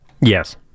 Yes